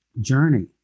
journey